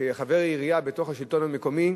כחבר עירייה בתוך השלטון המקומי,